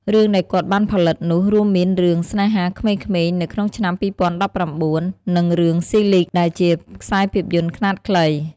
រឿងដែលគាត់បានផលិតនោះរួមមាន រឿង «ស្នេហាក្មេងៗ» នៅក្នុងឆ្នាំ ២០១៩ និង រឿង «ស៊ីលីគ (Silig)» ដែលជាខ្សែភាពយន្តខ្នាតខ្លី។